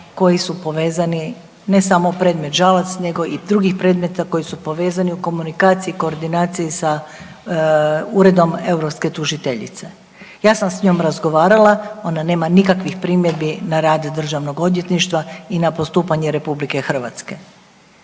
koji su povezani ne samo predmet Žalac, nego i drugih predmeta koji su povezani u komunikaciji, koordinaciji sa Uredom europske tužiteljice. Ja sam s njom razgovarala, ona nema nikakvih primjedbi na rad državnog odvjetništva i na postupanje RH.